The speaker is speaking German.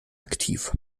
aktiv